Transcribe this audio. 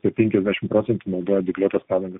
apie penkiasdešim procentų naudoja dygliuotas padangas